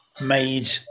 made